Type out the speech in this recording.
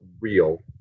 real